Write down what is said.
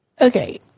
Okay